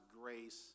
grace